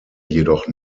jedoch